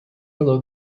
below